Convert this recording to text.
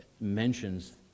mentions